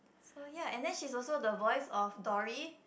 so ya and then she is also the voice of Dory